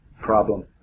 problem